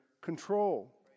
control